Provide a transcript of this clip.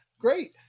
great